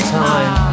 time